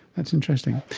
that's interesting.